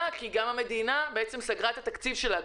כי גם המדינה בעצם סגרה את התקציב שלה.